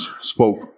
spoke